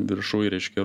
viršuj reiškia